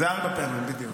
זה ארבע פעמים, בדיוק.